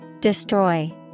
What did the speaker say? Destroy